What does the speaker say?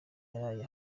yaraye